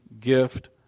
gift